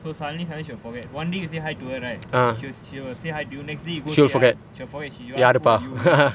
so suddenly suddenly she'll forget one day you say hi to her right she'll she'll say hi to you and next day you go say hi she'll say who are you